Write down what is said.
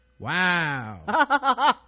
Wow